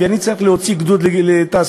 אני צריך להוציא גדוד לתעסוקה,